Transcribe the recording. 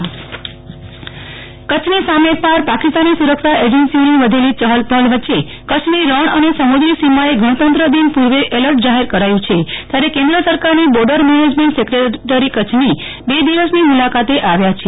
નેહ્લ ઠક્કર સુરક્ષા એજન્સી કચ્છની સામે પાર પાકિસ્તાની સુરક્ષા એજન્સીઓની વધેલી ચહલપહલ વચ્ચે કચ્છની રણ અને સમુદ્રી સીમાએ ગણતંત્રદિન પૂર્વે એલર્ટ જાહેર કરાયું છે તથારે કેન્દ્ર સરકારની બોર્ડર મેનેજમેન્ટ સેક્રેટરી કચ્છની બે દિવસની મુલાકાતે આવયા છે